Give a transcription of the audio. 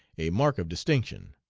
a mark of distinction.